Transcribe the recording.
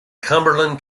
cumberland